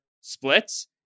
splits